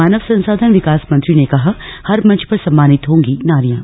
मानव संसाधन विकास मंत्री ने कहा हर मंच पर सम्मानित होंगी नारियां